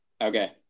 Okay